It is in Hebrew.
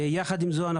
יחד עם זאת,